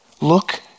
Look